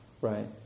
right